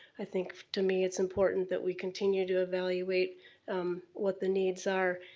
i think, to me, it's important that we continue to evaluate what the needs are.